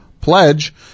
pledge